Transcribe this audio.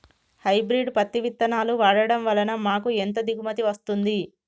Hybrid పత్తి విత్తనాలు వాడడం వలన మాకు ఎంత దిగుమతి వస్తుంది?